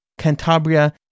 Cantabria